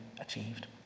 achieved